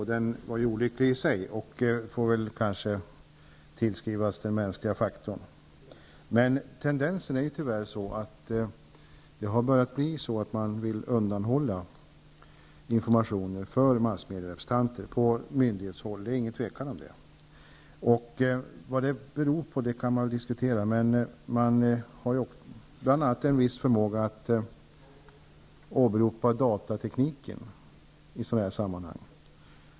Händelsen i sig är olycklig och får kanske tillskrivas detta med den mänskliga faktorn. Men det finns, tyvärr, en tendens till att man från myndighetshåll vill undanhålla massmedierepresentanter information. Därom råder inget tvivel. Vad det beror på kan väl diskuteras. Bl.a. har man en viss förmåga att åberopa datatekniken i sådana här sammanhang.